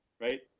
right